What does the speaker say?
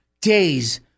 days